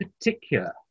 particular